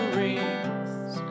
rings